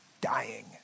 dying